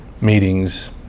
meetings